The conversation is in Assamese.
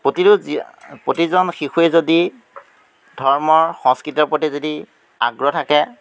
প্ৰতিটো যি প্ৰতিজন শিশুৱে যদি ধৰ্মৰ সংস্কৃতৰ প্ৰতি যদি আগ্ৰহ থাকে